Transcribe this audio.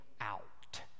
out